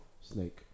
Snake